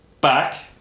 back